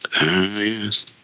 Yes